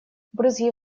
брызги